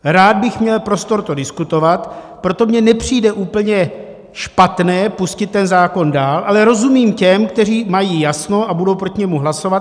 Rád bych měl prostor to diskutovat, proto mně nepřijde úplně špatné pustit ten zákon dál, ale rozumím těm, kteří mají jasno a budou proti němu hlasovat.